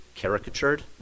caricatured